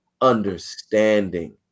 understanding